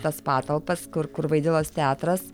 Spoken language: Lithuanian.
tas patalpas kur kur vaidilos teatras